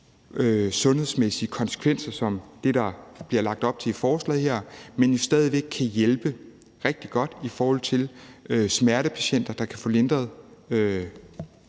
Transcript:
sundhedsmæssige konsekvenser som dem, der bliver beskrevet i forslaget her, men stadig væk kan hjælpe rigtig godt i forhold til smertepatienter, der kan få bedre